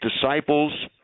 disciples